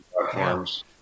platforms